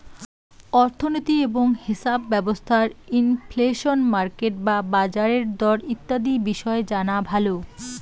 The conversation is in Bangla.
অর্থনীতি এবং হেছাপ ব্যবস্থার ইনফ্লেশন, মার্কেট বা বাজারের দর ইত্যাদি বিষয় জানা ভালো